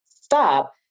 stop